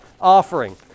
offering